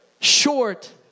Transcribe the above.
short